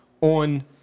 on